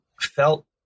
felt